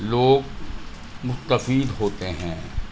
لوگ مستفید ہوتے ہیں